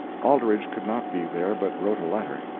aldrich could not be there, but wrote a letter.